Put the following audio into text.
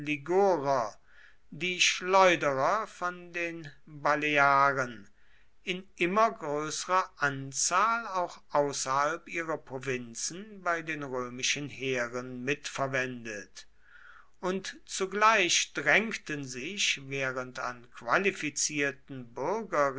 die schleuderer von den balearen in immer größerer anzahl auch außerhalb ihrer provinzen bei den römischen heeren mitverwendet und zugleich drängten sich während an qualifizierten